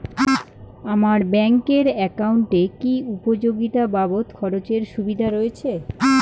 আমার ব্যাংক এর একাউন্টে কি উপযোগিতা বাবদ খরচের সুবিধা রয়েছে?